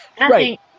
Right